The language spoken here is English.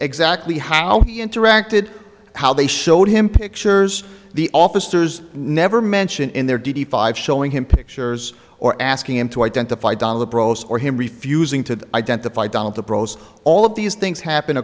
exactly how he interacted how they showed him pictures the officers never mentioned in their duty five showing him pictures or asking him to identify don liberals or him refusing to identify down in the pros all of these things happen